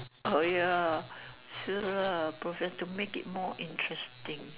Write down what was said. ah ya see lah to make it more interesting